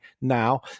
now